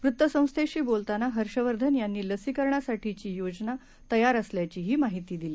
वृत्तसंस्थेशीबोलतानाहर्षवर्धनयांनीलसीकरणासाठीचीयोजनातयारअसल्याचीहीमाहितीदिली